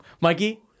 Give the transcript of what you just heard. Mikey